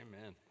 Amen